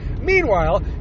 Meanwhile